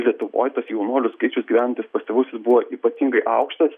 lietuvoj tas jaunuolių skaičius gyvenantis pas tėvus jis buvo ypatingai aukštas